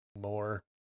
more